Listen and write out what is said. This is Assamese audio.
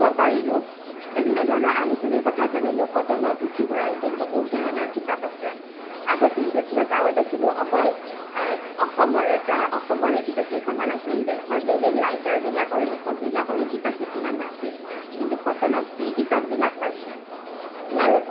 দিব পাৰিলোঁ বিভিন্ন ধৰণৰ আলোচনীৰ কথা জানিলোঁ কটনৰ আছে আগতে যেতিয়া গাঁৱত আছিলোঁ অকল অসমৰে প্ৰায় অসমৰে কিতাপ কেইখনমান আছিল দেশৰ বেলেগ ৰাইটাৰবিলাকৰ লিখকবিলাকৰো কিতাপ কিছুমান নাছিল কিন্তু কটনত সেই কিতাপবিলাক পাইছোঁ ইয়াৰোপৰি